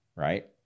right